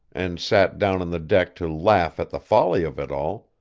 and sat down on the deck to laugh at the folly of it all,